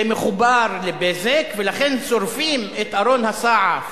זה מחובר ל"בזק", ולכן שורפים את ארון הסעף